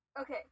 Okay